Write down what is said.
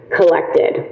collected